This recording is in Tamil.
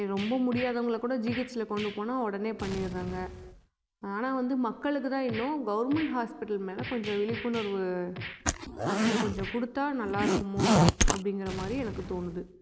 ரொம்ப முடியாதவங்களைகூட ஜிஹெச்யில கொண்டு போனால் உடனே பண்ணிடுறாங்க ஆனால் வந்து மக்களுக்குதான் இன்னும் கவர்மெண்ட் ஹாஸ்பிட்டல் மேலே கொஞ்சம் விழிப்புணர்வு இன்னும் கொஞ்சம் கொடுத்தா நல்லாருக்குமோ அப்படிங்கிறமாரி எனக்கு தோணுது